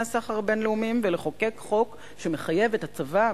הסחר הבין-לאומיים ולחוקק חוק שמחייב את הצבא,